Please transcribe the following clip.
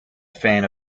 fan